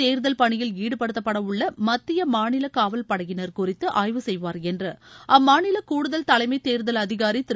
தேர்தல் பணியில் ஈடுபடுத்தப்படவுள்ள மத்திய மாநில காவல்படையினர் குறித்து ஆய்வு செய்வார் என்று அம்மாநில கூடுதல் தலைமை தேர்தல் அதிகாரி திரு